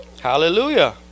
Hallelujah